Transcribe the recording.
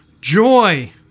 joy